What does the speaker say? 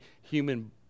human